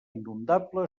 inundable